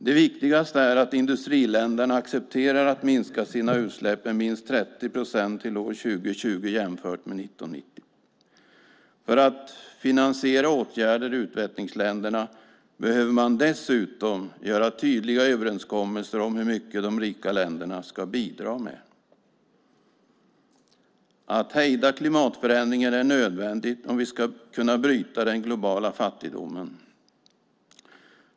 Det viktigaste är att industriländerna accepterar att minska sina utsläpp med minst 30 procent till år 2020 jämfört med 1990. För att finansiera åtgärder i utvecklingsländerna behöver man dessutom göra tydliga överenskommelser om hur mycket de rika länderna ska bidra med. Att hejda klimatförändringen är nödvändigt om vi ska kunna bryta den globala fattigdomen.